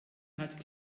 hat